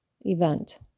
event